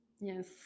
Yes